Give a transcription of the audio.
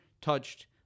touched